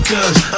Cause